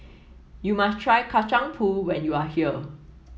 you must try Kacang Pool when you are here